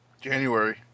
January